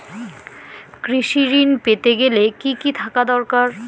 কৃষিঋণ পেতে গেলে কি কি থাকা দরকার?